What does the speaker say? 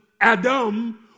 Adam